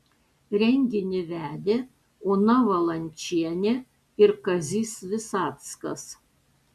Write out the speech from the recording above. renginį vedė ona valančienė ir kazys visackas